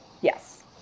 Yes